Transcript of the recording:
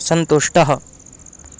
सन्तुष्टः